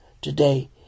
today